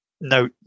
no